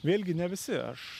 vėlgi ne visi aš